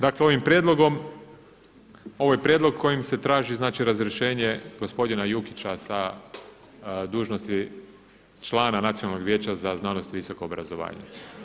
Dakle ovim prijedlogom, ovo je prijedlog kojim se traži, znači razrješenje gospodina Jukuća sa dužnosti člana Nacionalnog vijeća za znanost, visoko obrazovanje.